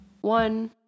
one